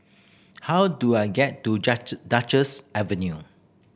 how do I get to Duchess Avenue